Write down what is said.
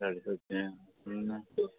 साडे सोशें